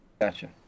gotcha